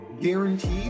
guaranteed